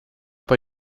poi